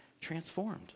transformed